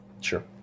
Sure